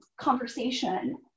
conversation